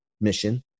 mission